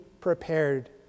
prepared